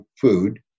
food